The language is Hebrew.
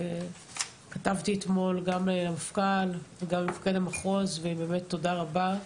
כתבתי אתמול למפכ"ל ולמפקד המחוז תודה רבה.